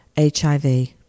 HIV